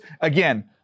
again